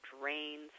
drains